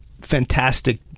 fantastic